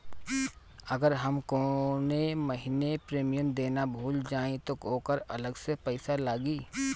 अगर हम कौने महीने प्रीमियम देना भूल जाई त ओकर अलग से पईसा लागी?